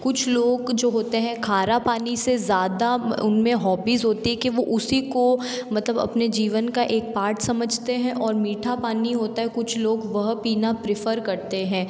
कुछ लोग जो होते हैं खारे पानी से ज़्यादा उनमें हॉबीज़ होती हैं कि वह उसी को मतलब अपने जीवन का एक पाठ समझते हैं और मीठा पानी होता है कुछ लोग वह पीना प्रीफ़र करते हैं